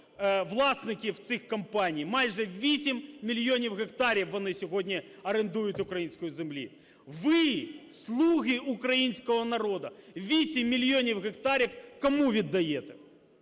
власників цих компаній майже 8 мільйонів гектарів, вони сьогодні орендують української землі. Ви, слуги українського народу, 8 мільйонів гектарів кому віддаєте?